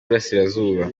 burasirazuba